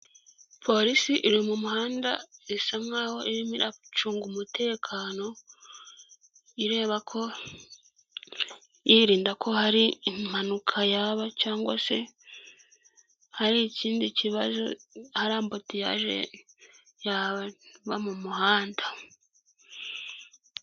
Mu karere ka Muhanga habereyemo irushanwa ry'amagare riba buri mwaka rikabera mu gihugu cy'u Rwanda, babahagaritse ku mpande kugira ngo hataba impanuka ndetse n'abari mu irushanwa babashe gusiganwa nta nkomyi.